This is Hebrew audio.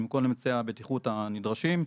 עם כל אמצעי הבטיחות הנדרשים.